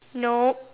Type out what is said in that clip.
nope